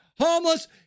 homeless